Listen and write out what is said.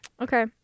Okay